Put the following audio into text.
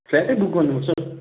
फ्ल्याटै book गर्नुपर्छ